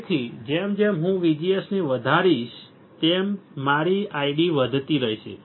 તેથી જેમ જેમ હું VGS ને વધારીશ તેમ મારી ID વધતી રહેશે